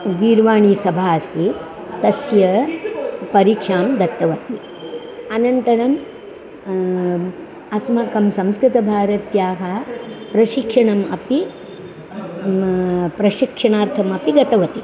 गीर्वाणीसभा अस्ति तस्य परीक्षां दत्तवती अनन्तरम् अस्माकं संस्कृतभारत्याः प्रशिक्षणम् अपि प्रशिक्षणार्थम् अपि गतवती